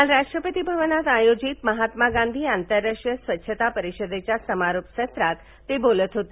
काल राष्ट्पती भवनात आयोजित महात्मा गांधी आंतरराष्ट्रीय स्वच्छता परिषदेच्या समारोप सत्रात ते बोलत होते